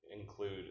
include